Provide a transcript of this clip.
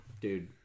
dude